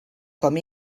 com